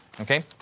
Okay